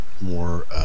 more